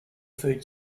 food